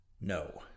No